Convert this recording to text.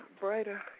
Brighter